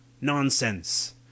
Nonsense